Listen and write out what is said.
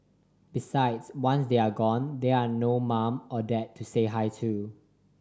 besides once they are gone there're no mum or dad to say hi to